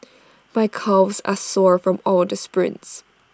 my calves are sore from all the sprints